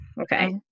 Okay